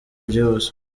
byihuse